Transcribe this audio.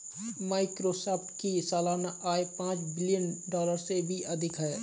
Microsoft की सालाना आय पांच बिलियन डॉलर से भी अधिक है